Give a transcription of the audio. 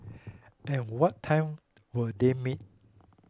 at what time will they meet